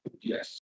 Yes